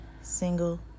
single